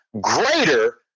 greater